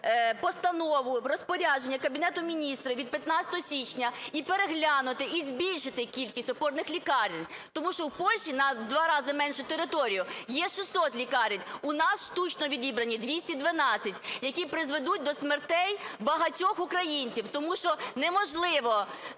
постанову, розпорядження Кабінету Міністрів від 15 січня і переглянути, і збільшити кількість опорних лікарень. Тому що в Польщі, в два рази менша територія, є 600 лікарень, у нас штучно відібрані 212, які призведуть до смертей багатьох українців, тому що неможливо